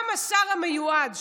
גם השר המיועד,